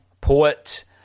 poet